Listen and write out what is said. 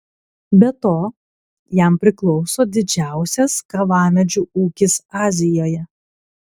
be to jam priklauso didžiausias kavamedžių ūkis azijoje